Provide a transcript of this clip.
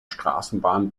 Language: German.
straßenbahn